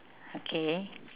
okay